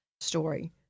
story